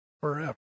forever